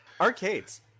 Arcades